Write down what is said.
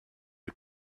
who